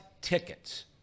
tickets